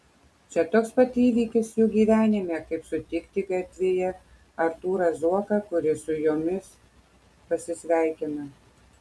čia toks pat įvykis jų gyvenime kaip sutikti gatvėje artūrą zuoką kuris su jomis pasisveikina